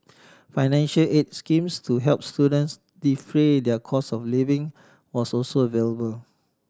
financial aid schemes to help students defray their cost of living was also available